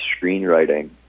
screenwriting